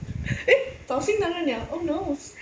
eh 找新男人了 oh no